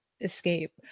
escape